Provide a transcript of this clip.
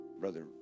brother